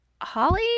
Holly